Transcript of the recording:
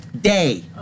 day